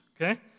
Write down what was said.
okay